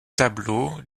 tableaux